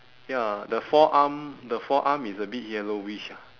ya the forearm the forearm is a bit yellowish ah